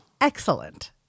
excellent